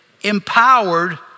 empowered